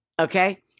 Okay